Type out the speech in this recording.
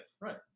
Right